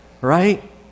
Right